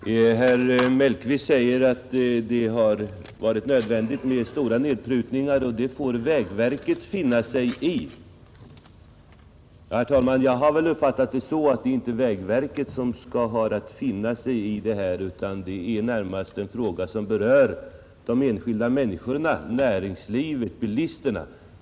Herr talman! Herr Mellqvist säger, att det varit nödvändigt med stora nedprutningar och att vägverket får finna sig i detta. Jag har uppfattat saken så att det inte är vägverket som har att finna sig i detta, utan det är närmast en fråga som berör de enskilda människorna, näringslivet, bilisterna.